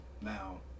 Now